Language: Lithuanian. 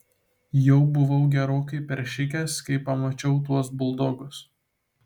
jau buvau gerokai peršikęs kai pamačiau tuos buldogus